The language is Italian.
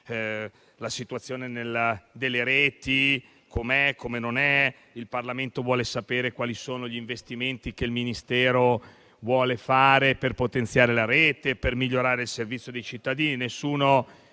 la situazione delle reti, è giusto che il Parlamento sappia quali sono gli investimenti che il Ministero vuole fare per potenziare la rete e migliorare il servizio ai cittadini. Ci